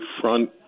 front